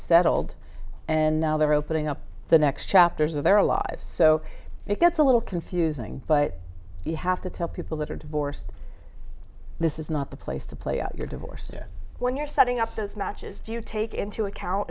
settled and now they're opening up the next chapters of their lives so it gets a little confusing but you have to tell people that are divorced this is not the place to play out your divorce when you're setting up those matches do you take into account